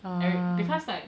every because like